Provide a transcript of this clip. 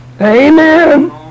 amen